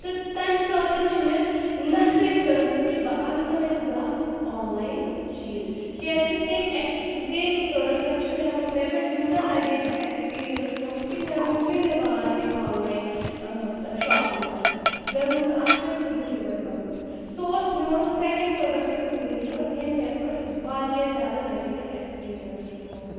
تہٕ تَمہِ ساتہٕ چھِ مےٚ نَسرِک کٔرمٕژ کہِ بہٕ اَنٕنہٕ نہٕ وۅنۍ زانٛہہ آن لایِن چیٖز کیٛازِکہِ تٔمۍ اٮ۪کٕس تٔمۍ پرٛوڈَکٹَن چھُ مےٚ مےٚ پٮ۪ٹھ یوٗتاہ نَگیٹیوٗ اٮ۪کٕسپیٖرنَس تھوٚومُت کہِ مےٚ روٗزٕے نہٕ وار وۅنۍ آن لایِن شاپِنٛگ کَرنَس مےٚ روٗد نہٕ اَتھ پٮ۪ٹھ کٔہٕنٛۍ تہِ وۅنۍ بروٗسہٕ سُہ اوس میٛون سیکَنٛڈ پرٛوڈکٹہٕ زِنٛدگی منٛز یٔمۍ مےٚ پٮ۪ٹھ واریاہ زیادٕ نَگیٹیوٗ اٮ۪کٕسپیٖرنَس چھُ ترٛوومُت